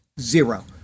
Zero